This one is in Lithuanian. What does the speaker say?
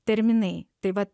terminai taip vat